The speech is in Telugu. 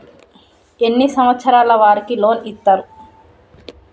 ఎన్ని సంవత్సరాల వారికి లోన్ ఇస్తరు?